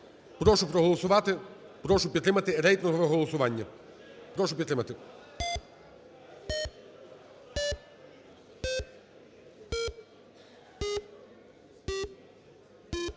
Прошу проголосувати. Прошу підтримати. Рейтингове голосування. Прошу підтримати.